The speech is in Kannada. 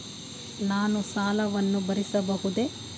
ನಾನು ಸಾಲವನ್ನು ಭರಿಸಬಹುದೇ?